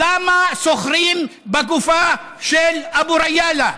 למה סוחרים בגופה של אבו ריאלה?